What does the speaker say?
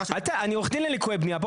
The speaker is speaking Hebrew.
אני עורך דין לליקויי בנייה,